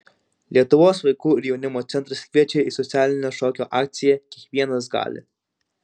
lietuvos vaikų ir jaunimo centras kviečia į socialinę šokio akciją kiekvienas gali